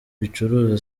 bicuruza